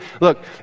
Look